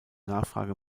nachfrage